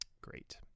great